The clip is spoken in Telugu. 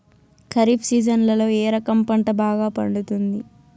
ఖరీఫ్ సీజన్లలో ఏ రకం పంట బాగా పండుతుంది